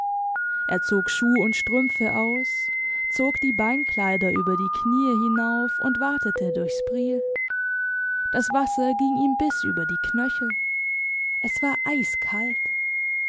er zog schuh und strümpfe aus zog die beinkleider über die knie hinauf und watete durchs priel das wasser ging ihm bis über die knöchel es war eiskalt